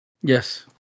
Yes